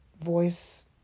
voice